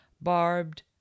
barbed